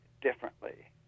differently